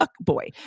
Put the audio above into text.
boy